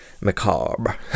Macabre